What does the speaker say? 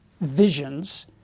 visions